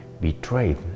betrayed